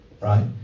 Right